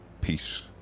peace